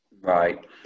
Right